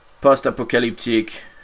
post-apocalyptic